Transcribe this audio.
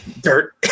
dirt